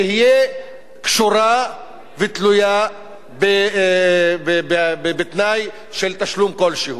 תהיה קשורה ותלויה בתנאי של תשלום כלשהי